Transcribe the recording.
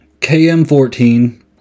KM14